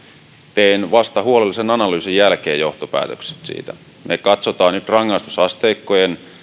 teen vasta huolellisen analyysin jälkeen johtopäätökset siitä ne katsotaan nyt rangaistusasteikkojen